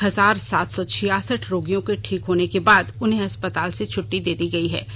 एक हजार सात सौ छियासठ रोगियों को ठीक होने के बाद उन्हें अस्पताल से छट्टी दे दी गयी है